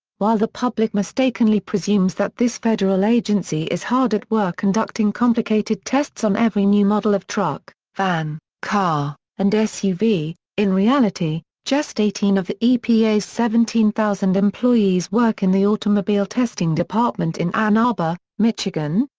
while the public mistakenly presumes that this federal agency is hard at work conducting complicated tests on every new model of truck, van, car, and suv, in reality, just eighteen of the epa's seventeen thousand employees work in the automobile-testing department in ann arbor, michigan,